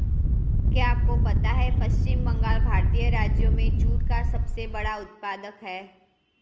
क्या आपको पता है पश्चिम बंगाल भारतीय राज्यों में जूट का सबसे बड़ा उत्पादक है?